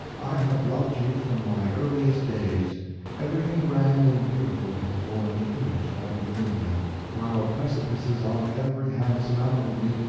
i have loved you from my earliest days everything grand and beautiful hath borne the image of ambulinia while precipices on every hand surrounded me,